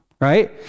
right